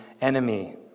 enemy